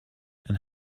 and